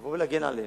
לבוא ולהגן עליהם.